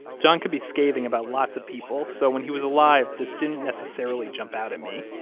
john could be scathing about lots of people. so when he was alive, this didn't necessarily jump out at me.